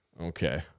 Okay